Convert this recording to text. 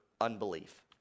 unbelief